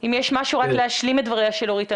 אם יש משהו רק להשלים את דבריה של אורית,